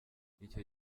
icyo